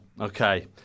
okay